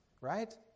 right